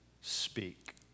speak